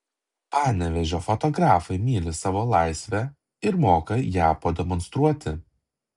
panevėžio fotografai myli savo laisvę ir moka ją pademonstruoti